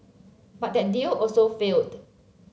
but that deal also failed